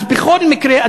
אז בכל מקרה,